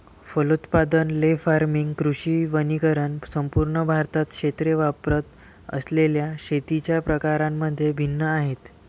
फलोत्पादन, ley farming, कृषी वनीकरण संपूर्ण भारतात क्षेत्रे वापरत असलेल्या शेतीच्या प्रकारांमध्ये भिन्न आहेत